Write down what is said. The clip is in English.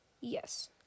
Yes